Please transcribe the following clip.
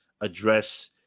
address